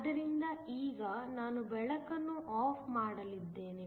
ಆದ್ದರಿಂದ ಈಗ ನಾನು ಬೆಳಕನ್ನು ಆಫ್ ಮಾಡಲಿದ್ದೇನೆ